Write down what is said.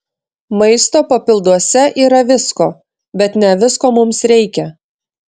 maisto papilduose yra visko bet ne visko mums reikia